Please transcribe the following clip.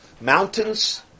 Mountains